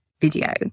video